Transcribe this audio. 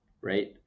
right